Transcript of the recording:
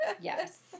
Yes